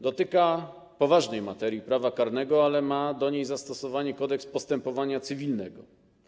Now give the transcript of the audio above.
Dotyka ona poważnej materii prawa karnego, ale ma do niej zastosowanie Kodeks postępowania cywilnego.